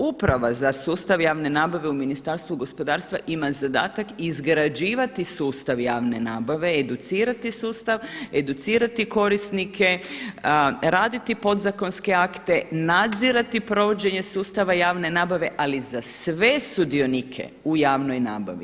Uprava za sustav javne nabave u Ministarstvu gospodarstva ima zadatak izgrađivati sustav javne nabave, educirati sustav, educirati korisnike, raditi podzakonske akte, nadzirati provođenje sustava javne nabave ali za sve sudionike u javnoj nabavi.